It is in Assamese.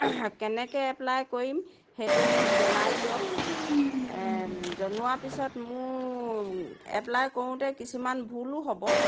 কেনেকৈ এপ্লাই কৰিম সেইটো মোক জনাই দিয়ক জনোৱাৰ পিছত মোৰ এপ্লাই কৰোঁতে কিছুমান ভুলো হ'ব